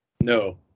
no